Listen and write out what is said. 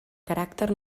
caràcter